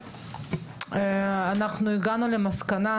אנחנו הגענו למסקנה